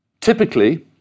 Typically